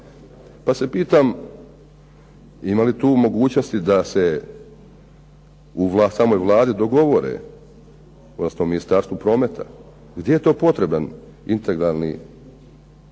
Pa se pitam ima li tu mogućnosti da se u samoj Vladi dogovore, odnosno Ministarstvu prometa, gdje je to potreban integralni pretovar?